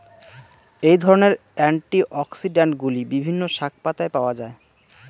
এই ধরনের অ্যান্টিঅক্সিড্যান্টগুলি বিভিন্ন শাকপাতায় পাওয়া য়ায়